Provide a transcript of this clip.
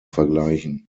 vergleichen